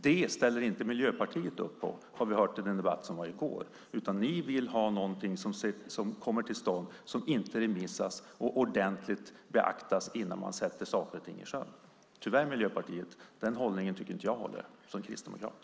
Det ställer inte Miljöpartiet upp på, hörde vi i den debatt som var i går, utan ni vill ha någonting som inte remissas och beaktas ordentligt innan man sätter saker och ting i sjön. Som kristdemokrat tycker jag tyvärr inte att den inställningen håller.